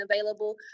available